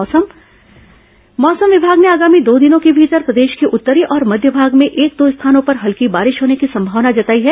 मौसम मौसम विमाग ने आगामी दो दिनों के भीतर प्रदेश के उत्तरी और मध्य भाग में एक दो स्थानों पर हल्की बारिश होने की संभावना जताई है